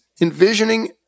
envisioning